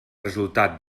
resultat